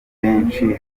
benshi